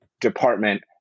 department